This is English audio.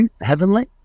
heavenly